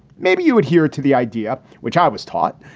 maybe you adhere to the idea which i was taught,